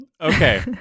okay